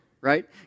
right